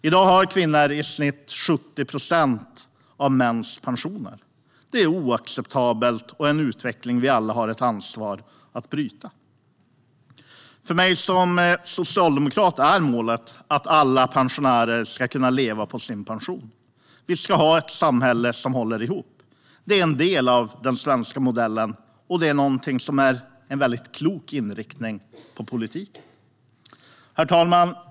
I dag har kvinnor i snitt 70 procent av mäns pensioner. Det är oacceptabelt och en utveckling vi alla har ett ansvar för att bryta. För mig som socialdemokrat är målet att alla pensionärer ska kunna leva på sin pension. Vi ska ha ett samhälle som håller ihop. Det är en del av den svenska modellen och en klok inriktning på politiken. Herr talman!